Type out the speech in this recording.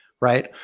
right